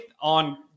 on